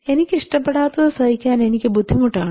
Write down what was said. എനിക്ക് ഇഷ്ടപ്പെടാത്തത് സഹിക്കാൻ എനിക്ക് ബുദ്ധിമുട്ടാണ്